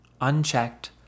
Unchecked